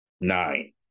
nine